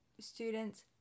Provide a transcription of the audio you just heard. students